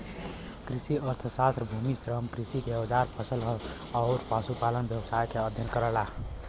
कृषि अर्थशास्त्र भूमि, श्रम, कृषि के औजार फसल आउर पशुपालन व्यवसाय क अध्ययन करला